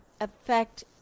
affect